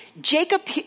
Jacob